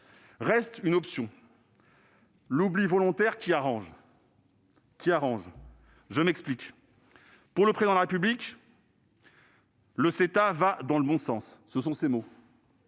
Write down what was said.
Reste une option : l'oubli volontaire qui arrange. Je m'explique. Pour le Président de la République, le CETA « va dans le bon sens »- ce sont ses mots,